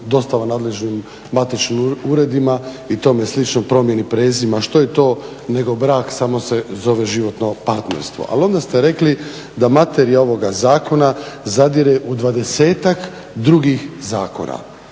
dostava nadležnim matičnim uredima i tome slično, promjeni prezimena. Što je to nego brak, samo se zove životno partnerstvo. Ali onda ste rekli da materija ovoga zakona zadire u 20-tak drugih zakona